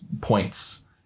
points